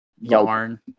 yarn